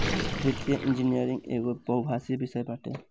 वित्तीय इंजनियरिंग एगो बहुभाषी विषय बाटे